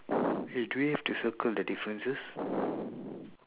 wait do we have to circle the differences